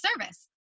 service